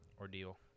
Ordeal